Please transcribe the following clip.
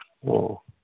ꯑꯣ ꯑꯣ